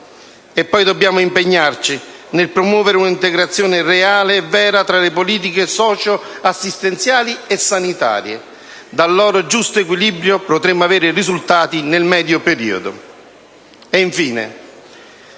Poi dobbiamo impegnarci nel promuovere un'integrazione reale e vera tra le politiche socio-assistenziali e sanitarie; dal loro giusto equilibrio potremmo avere i risultati nel medio periodo.